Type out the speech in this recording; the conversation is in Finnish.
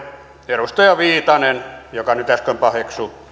edustaja viitasen joka äsken paheksui